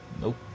nope